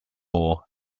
more